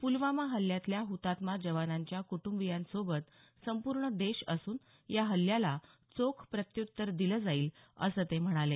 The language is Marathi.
पुलवामा हल्ल्यातल्या हुतात्मा जवानांच्या कुटंबियांसोबत संपूर्ण देश असून या हल्ल्याला चोख प्रत्यूत्तर दिलं जाईल असं ते म्हणाले